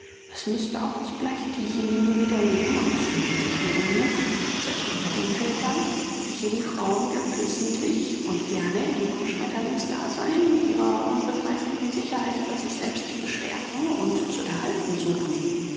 es müßte auch zugleich diejenigen widerlegen und es finden sich deren genug selbst unter den vätern welche die frauen geflissentlich und gerne in ihrem schmetterlingsdasein ihrer unbegreiflichen sicherheit über sich selbst bestärken und zu erhalten suchen